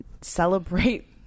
celebrate